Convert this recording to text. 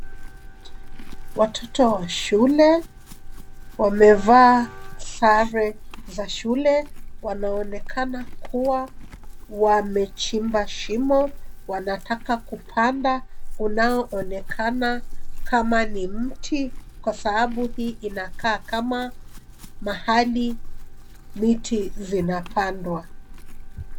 Watoto wa shule wamevaa sare za shule. Wanaonekana kuwa wamechimba shimo wanataka kupanda unaonekana kama ni mti kwa sababu hii inakaa kama mahali miti inapandwa.